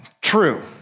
True